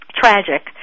tragic